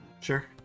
Sure